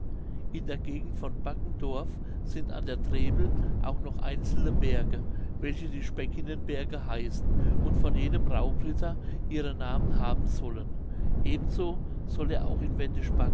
in der gegend von baggendorf sind an der trebel auch noch einzelne berge welche die speckinenberge heißen und von jenem raubritter ihren namen haben sollen ebenso soll er auch in